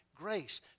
Grace